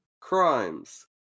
crimes